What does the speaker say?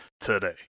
today